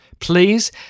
please